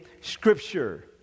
scripture